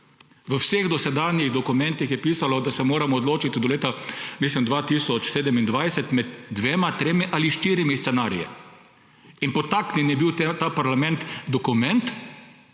V vseh dosedanjih dokumentih je pisalo, da se moramo odločiti do leta, mislim, 2027 med dvema, tremi ali štirimi scenariji. In podtaknjen je bil v ta parlament dokument,